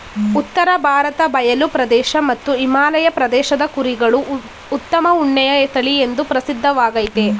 ಉತ್ತರ ಭಾರತ ಬಯಲು ಪ್ರದೇಶ ಮತ್ತು ಹಿಮಾಲಯ ಪ್ರದೇಶದ ಕುರಿಗಳು ಉತ್ತಮ ಉಣ್ಣೆಯ ತಳಿಎಂದೂ ಪ್ರಸಿದ್ಧವಾಗಯ್ತೆ